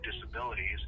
disabilities